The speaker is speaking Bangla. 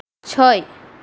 ছয়